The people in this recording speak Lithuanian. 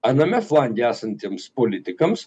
aname flange esantiems politikams